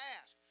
ask